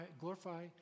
glorify